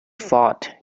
fought